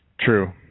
True